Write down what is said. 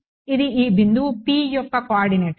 ఇది ఈ బిందువు P యొక్క కోఆర్డినేట్లు